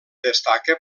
destaca